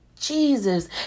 Jesus